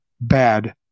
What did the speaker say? bad